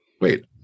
wait